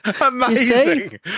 amazing